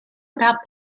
about